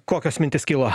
kokios mintys kilo